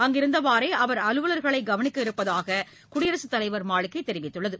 அங்கிருந்தவாறே அவர் அலுவல்களை கவனிக்க இருப்பதாக குடியரசுத் தலைவர் மாளிகை தெரிவித்துள்ளது